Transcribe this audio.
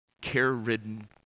care-ridden